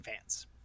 fans